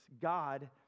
God